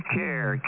care